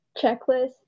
checklist